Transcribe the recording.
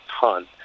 ton